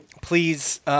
please